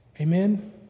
Amen